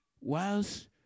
Whilst